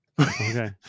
Okay